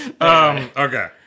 Okay